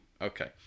Okay